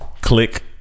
click